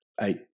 eight